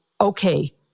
okay